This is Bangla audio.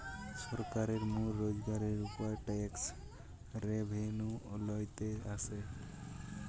সরকারের মূল রোজগারের উপায় ট্যাক্স রেভেন্যু লইতে আসে